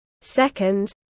Second